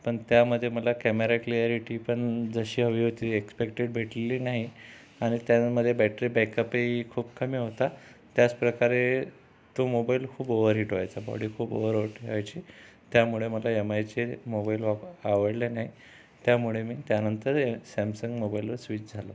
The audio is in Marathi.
पण त्यामध्ये मला कॅमेरा क्लिॲरिटी पण जशी हवी होती एक्स्पेक्टेड भेटली नाही आणि त्याच्या मध्ये बॅटरी बॅकअप ही खुप कमी होता त्याचप्रकारे तो मोबाईल खूप ओव्हरहीट व्हायचा बॉडी खूप ओव्हरहोट व्हायची त्यामुळे मला एमआयचे मोबाईल वापर आवडला नाई त्यामुळे मी त्यानंतर सॅमसंग मोबाईलला स्विच झालो